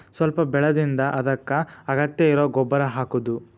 ಸ್ವಲ್ಪ ಬೆಳದಿಂದ ಅದಕ್ಕ ಅಗತ್ಯ ಇರು ಗೊಬ್ಬರಾ ಹಾಕುದು